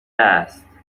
است